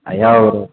ஐயா ஒரு